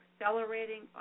accelerating